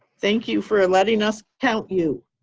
thank you for letting us count you.